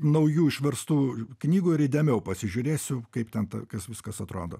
naujų išverstų knygų ir įdėmiau pasižiūrėsiu kaip ten ta kas viskas atrodo